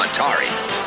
Atari